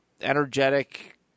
energetic